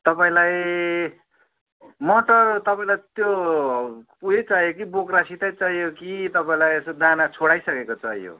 तपाईँलाई मटर तपाईँलाई त्यो उयो चाहियो कि बोक्रासितै चाहियो कि तपाईँलाई यसो दाना छोडाई सकेको चाहियो